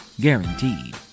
Guaranteed